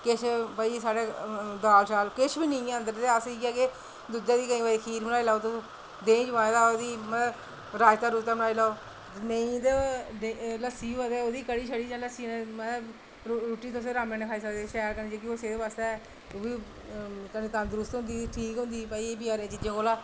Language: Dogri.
किश बी भाई साढ़े दाल किश बी नेईं ऐ अगर अस इयै के दुद्धै दी केईं बारी खीर बनाई लैओ तुस देहीं जमाए दा ओह्दी रायता बनाई लैओ नेईं ते लस्सी होऐ ते ओह्दी कढ़ी बनाई रुट्टी तुस रामै दी खाई सकदे जेह्की सेह्त आस्तै ओह्बी तंदरुस्त होगी भाई ठीक होगी भई बजारै दी चीज़ै कोला